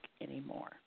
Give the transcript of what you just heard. anymore